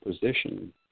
position